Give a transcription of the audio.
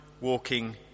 walking